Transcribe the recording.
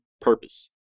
purpose